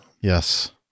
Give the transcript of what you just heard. Yes